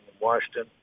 Washington